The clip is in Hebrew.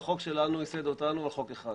אני אומר שהחוק שלנו הוא חוק אחד,